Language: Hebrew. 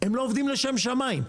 הם לא עובדים לשם שמיים,